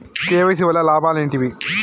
KYC వల్ల లాభాలు ఏంటివి?